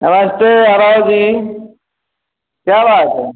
नमस्ते यादव जी क्या बात है